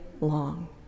long